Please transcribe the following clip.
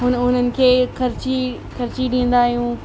हुन उन्हनि खे खर्ची खर्ची ॾींदा आहियूं